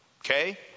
Okay